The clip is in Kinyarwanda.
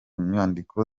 nyandiko